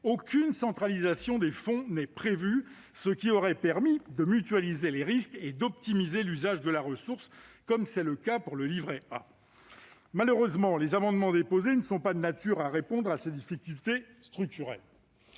aucune centralisation des fonds n'est prévue, ce qui aurait permis de mutualiser les risques et d'optimiser l'usage de la ressource, comme c'est le cas pour le livret A. Malheureusement, les amendements déposés ne sont pas de nature à répondre à ces difficultés structurelles.